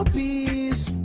peace